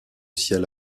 ciel